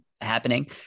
happening